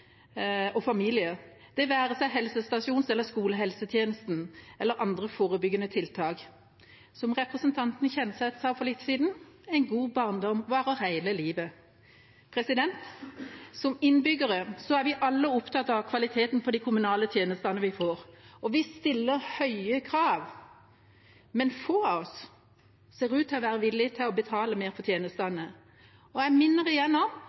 og familier, det være seg helsestasjons- og skolehelsetjenesten eller andre forebyggende tiltak. Som representanten Kjenseth sa for litt siden: En god barndom varer hele livet. Som innbyggere er vi alle opptatt av kvaliteten på de kommunale tjenestene vi får, og vi stiller høye krav. Men få av oss ser ut til å være villige til å betale mer for tjenestene. Jeg minner igjen om